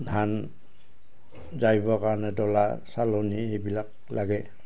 ধান জাৰিবৰ কাৰণে ডলা চালনি এইবিলাক লাগে